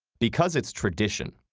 because it's tradition.